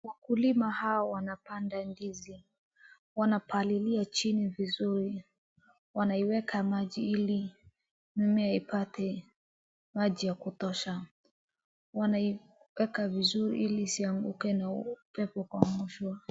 Wakulima hawa wanapanda ndizi. Wanapalilia chini vizuri. Wanaiweka maji ili mimea ipate maji ya kutosha. Wanaieka vizuri ili isianguke na upepo kuangushwa.